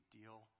deal